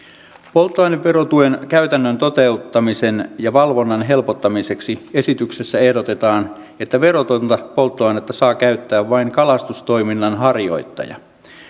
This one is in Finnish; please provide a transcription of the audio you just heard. polttoaineverotuen käytännön toteuttamisen ja valvonnan helpottamiseksi esityksessä ehdotetaan että verotonta polttoainetta saa käyttää vain kalastustoiminnan harjoittaja